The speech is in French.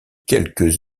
quelques